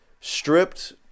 stripped